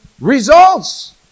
Results